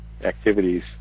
activities